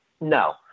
No